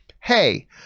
hey